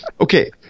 Okay